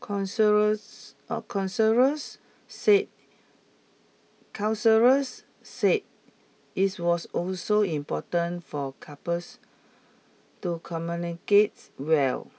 counselors counselors said counselors said it's was also important for couples to communicates well